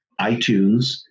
iTunes